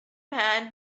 man